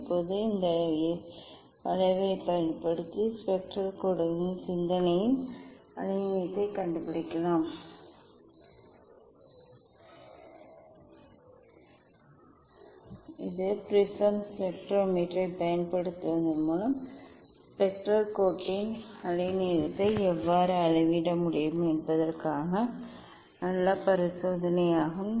இப்போது இந்த வளைவைப் பயன்படுத்தி ஸ்பெக்ட்ரல் கோடுகளின் சிந்தனையின் அலைநீளத்தைக் கண்டுபிடிக்கலாம் இது ப்ரிஸம் ஸ்பெக்ட்ரோமீட்டரைப் பயன்படுத்துவதன் மூலம் ஸ்பெக்ட்ரல் கோட்டின் அலைநீளத்தை எவ்வாறு அளவிட முடியும் என்பதற்கான நல்ல பரிசோதனையாகும்